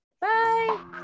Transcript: bye